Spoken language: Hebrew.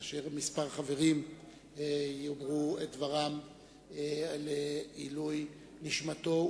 וכמה חברים יאמרו את דברם לזכרו ולעילוי נשמתו,